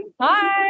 Hi